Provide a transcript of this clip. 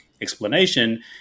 explanation